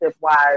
wise